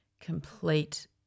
complete